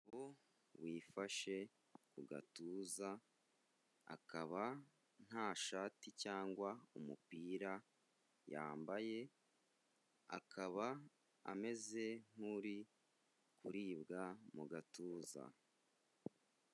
Umugabo wifashe ku gatuza akaba nta shati cyangwa umupira yambaye, akaba ameze nk'uri kuribwa mu gatuza.